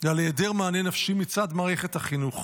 ועל היעדר מענה נפשי מצד מערכת החינוך.